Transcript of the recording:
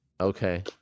Okay